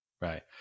Right